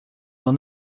d’en